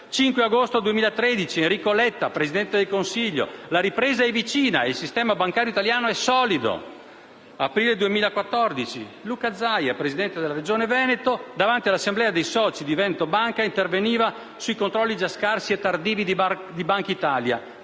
5 agosto 2013 Enrico letta, Presidente del Consiglio, affermava: «La ripresa è vicina e il sistema bancario italiano è solido». Nell'aprile 2014, Luca Zaia, Presidente della Regione Veneto, davanti all'assemblea dei soci di Veneto Banca, interveniva sui controlli già scarsi e tardivi di Bankitalia: